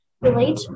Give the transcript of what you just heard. relate